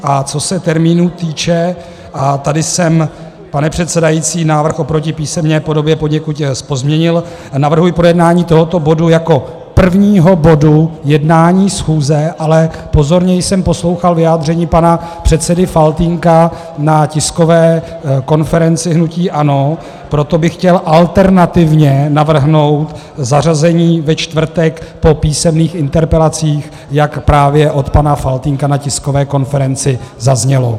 A co se termínu týče a tady jsem, pane předsedající, návrh oproti písemné podobě poněkud pozměnil a navrhuji projednání tohoto bodu jako prvního bodu jednání schůze, ale pozorně jsem poslouchal vyjádření pana předsedy Faltýnka na tiskové konferenci hnutí ANO, proto bych chtěl alternativně navrhnout zařazení ve čtvrtek po písemných interpelacích, jak právě od pana Faltýnka na tiskové konferenci zaznělo.